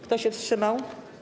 Kto się wstrzymał?